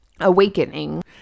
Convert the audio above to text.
Awakening